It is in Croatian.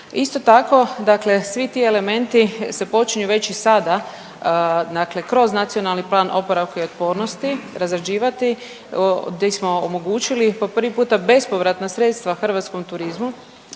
Isto tako, dakle svi ti elementi se počinju već i sada, dakle kroz Nacionalni plan oporavka i otpornosti razrađivati di smo omogućili po prvi puta bespovratna sredstva hrvatskom turizmu